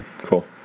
cool